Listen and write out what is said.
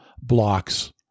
blocks